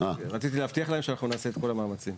רציתי להבטיח להם שאנחנו נעשה את כל המאמצים.